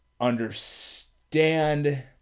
understand